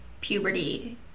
puberty